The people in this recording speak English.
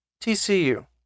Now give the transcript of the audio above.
TCU